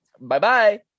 Bye-bye